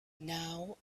now